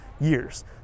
years